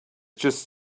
just